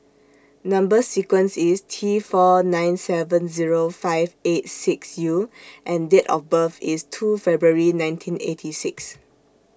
Number sequence IS T four nine seven Zero five eight six U and Date of birth IS two February nineteen eighty six